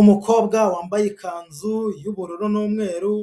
Umukobwa wambaye ikanzu y'ubururu n'umweru